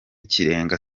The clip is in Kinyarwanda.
kirenga